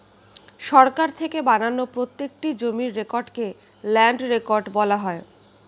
সরকার থেকে বানানো প্রত্যেকটি জমির রেকর্ডকে ল্যান্ড রেকর্ড বলা হয়